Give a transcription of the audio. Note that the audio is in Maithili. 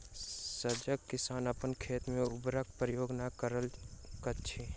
सजग किसान अपन खेत मे उर्वरकक प्रयोग नै करैत छथि